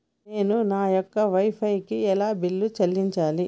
నేను నా యొక్క వై ఫై కి ఎలా బిల్లు చెల్లించాలి?